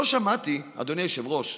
לא שמעתי, אדוני היושב-ראש,